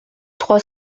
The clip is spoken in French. trois